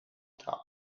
trap